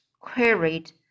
Queried